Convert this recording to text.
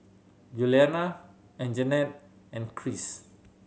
Yuliana Anjanette and Kris